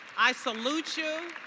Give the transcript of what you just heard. i salute you,